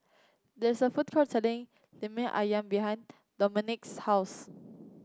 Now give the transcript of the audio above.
there is a food court selling Lemper ayam behind Dominik's house